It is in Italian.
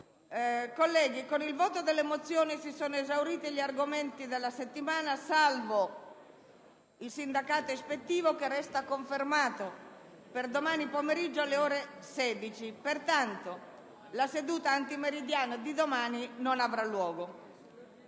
Colleghi, con il voto delle mozioni sono esauriti gli argomenti della settimana, salvo il sindacato ispettivo che resta confermato per domani pomeriggio alle ore 16. Pertanto, la seduta antimeridiana di domani non avrà luogo.